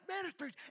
Ministries